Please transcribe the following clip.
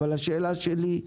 אבל השאלה שלי,